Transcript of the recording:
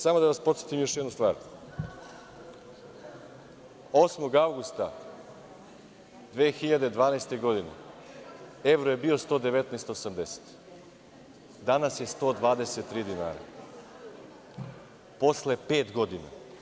Sada da vas podsetim još jednu stvar, 8. avgusta 2012. godine evro je bio 119,80, a danas je 123 dinara, posle pet godina.